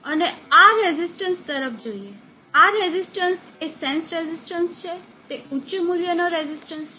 અને આ રેઝિસ્ટન્સ તરફ જોઈએ આ રેઝિસ્ટન્સ એ સેન્સ રેઝિસ્ટન્સ છે તે ઉચ્ચ મૂલ્યનો રેઝિસ્ટન્સ છે